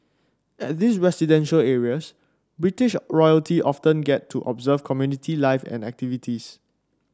at these residential areas British royalty often get to observe community life and activities